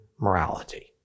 morality